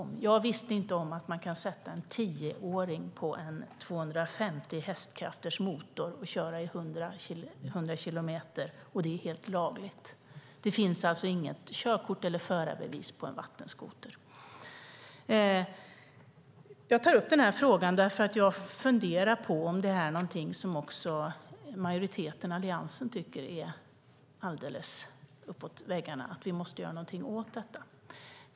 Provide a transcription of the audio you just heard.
Jag visste inte om att man kan sätta en tioåring på en 250 hästkrafters motor och köra i 100 kilometer per timme och att det är helt lagligt. Det finns alltså inget körkort eller förarbevis för vattenskoter. Jag tar upp frågan för att jag funderar på om detta är något som också majoriteten i Alliansen tycker är alldeles uppåt väggarna och något vi måste göra någonting åt.